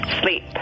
Sleep